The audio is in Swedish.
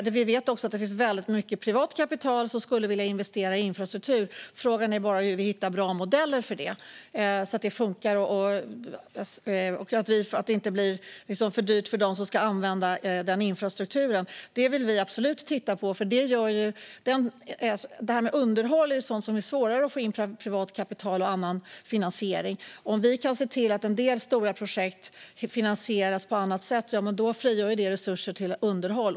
Vi vet också att det finns väldigt mycket privat kapital som skulle vilja investera i infrastruktur. Frågan är bara hur vi hittar bra modeller för det, så att det funkar och inte blir för dyrt för dem som ska använda infrastrukturen. Detta vill vi absolut titta på. Underhåll är ju något som det är svårare att få in privat kapital och annan finansiering för. Om vi kan se till att en del stora projekt finansieras på annat sätt frigörs ju resurser till underhåll.